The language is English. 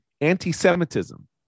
anti-Semitism